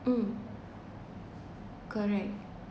um correct